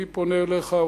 אני פונה אליך,